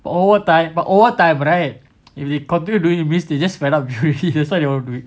but over time but over time right if you continue doing means they just fed up with you already that's why they do it